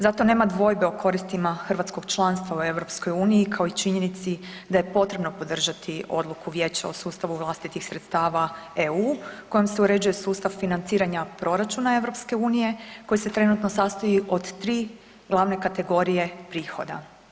Zato nema dvojbe o koristima hrvatskog članstva u EU kao i činjenici da je potrebno podržati Odluku Vijeća o sustavu vlastitih sredstava EU, kojom se uređuje sustav financiranja proračuna EU, koji se trenutno sastoji od 3 glavne kategorije prihoda.